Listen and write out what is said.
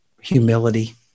humility